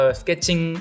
sketching